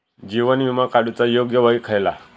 जीवन विमा काडूचा योग्य वय खयला?